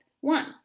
One